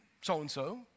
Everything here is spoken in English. so-and-so